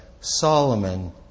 Solomon